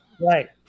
Right